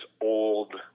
old